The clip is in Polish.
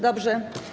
Dobrze.